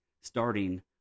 starting